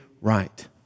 right